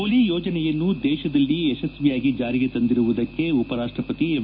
ಹುಲಿ ಯೋಜನೆಯನ್ನು ದೇಶದಲ್ಲಿ ಯತ್ನಿಯಾಗಿ ಜಾರಿಗೆ ತಂದಿರುವುದಕ್ಕೆ ಉಪರಾಷ್ಟಪತಿ ಎಂ